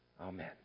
Amen